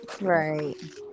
Right